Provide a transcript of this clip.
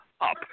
Up